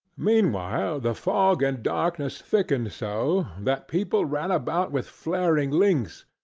meanwhile the fog and darkness thickened so, that people ran about with flaring links,